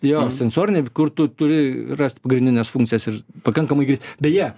jo sensoriniai kur tu turi rast pagrindines funkcijas ir pakankamai greit beje